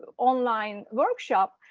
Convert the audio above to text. online workshop,